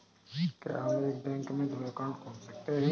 क्या हम एक बैंक में दो अकाउंट खोल सकते हैं?